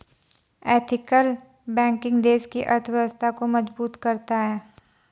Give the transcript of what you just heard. ethical banking देश की अर्थव्यवस्था को मजबूत करता है